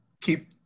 keep